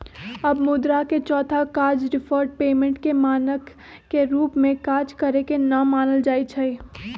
अब मुद्रा के चौथा काज डिफर्ड पेमेंट के मानक के रूप में काज करेके न मानल जाइ छइ